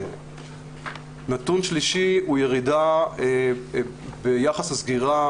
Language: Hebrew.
נתון שלישי הוא ירידה ביחס התיקים